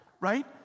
right